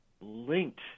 linked